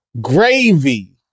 gravy